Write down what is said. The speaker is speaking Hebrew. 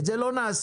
את זה לא נעשה.